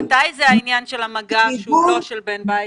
ממתי זה העניין של המגע כשהוא לא של בן בית?